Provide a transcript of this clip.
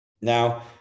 now